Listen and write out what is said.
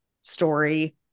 story